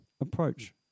approach